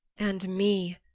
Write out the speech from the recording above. and me,